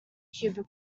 cubic